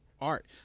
art